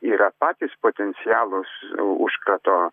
yra patys potencialūs užkrato